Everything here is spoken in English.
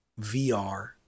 VR